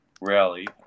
rally